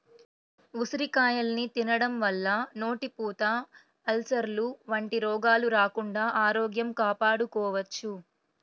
ఉసిరికాయల్ని తినడం వల్ల నోటిపూత, అల్సర్లు వంటి రోగాలు రాకుండా ఆరోగ్యం కాపాడుకోవచ్చు